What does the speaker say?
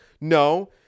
No